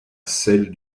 celle